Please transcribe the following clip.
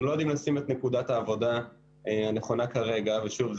אנחנו לא יודעים לשים את נקודת העבודה הנכונה כרגע ושוב,